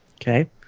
okay